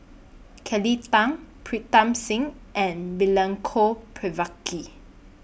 Kelly Tang Pritam Singh and Milenko Prvacki